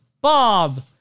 Bob